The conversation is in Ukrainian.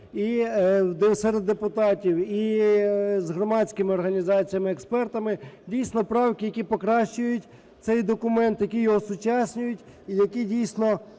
і серед депутатів, і з громадськими організаціями, експертами. Дійсно, правки, які покращують цей документ, які його осучаснюють і які дійсно